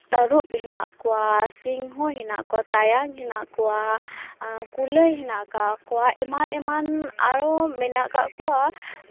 ᱛᱟᱹᱨᱩᱵᱽ ᱦᱮᱱᱟᱜ ᱠᱚᱣᱟ ᱥᱤᱝᱦᱚ ᱦᱮᱱᱟᱜ ᱠᱚᱣᱟ ᱛᱟᱭᱟᱱ ᱠᱚᱣᱟ ᱠᱩᱞᱟᱹᱭ ᱦᱮᱱᱟᱜ ᱟᱠᱟᱫ ᱠᱚᱣᱟ ᱮᱢᱟᱱ ᱮᱢᱟᱱ ᱟᱨᱚ ᱢᱮᱱᱟᱜ ᱟᱠᱟᱫ ᱠᱚᱣᱟ